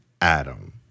Adam